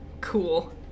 Cool